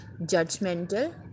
judgmental